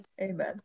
Amen